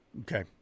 Okay